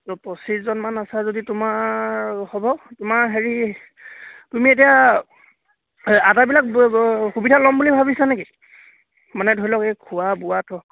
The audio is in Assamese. পঁচিছজনমান আছা যদি তোমাৰ হ'ব তোমাৰ হেৰি তুমি এতিয়া আটাইবিলাক সুবিধা ল'ম বুলি ভাবিছা নেকি মানে ধৰি লওক এই খোৱা বোৱাটো